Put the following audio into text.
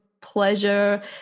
pleasure